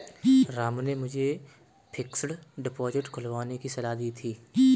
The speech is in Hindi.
राम ने मुझे फिक्स्ड डिपोजिट खुलवाने की सलाह दी थी